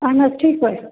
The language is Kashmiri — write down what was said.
اَہَن حظ ٹھیٖک پٲٹھۍ